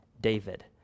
David